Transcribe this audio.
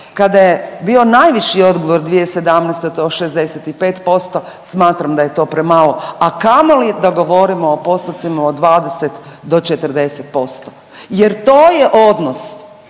Kada je bio najviši odgovor 2017. da je to 65% smatram da je to premalo, a kamoli da govorimo o postotcima od 20 do 40% jer to je odnos